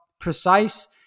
precise